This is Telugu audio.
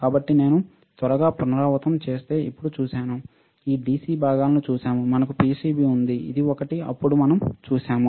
కాబట్టి నేను త్వరగా పునరావృతం చేస్తే ఇప్పుడు చూశాము ఈ DC భాగాలను చూశాము మనకు పిసిబి ఉంది ఇది ఒకటి అప్పుడు మనం చూశాము